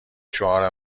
شعار